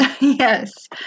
Yes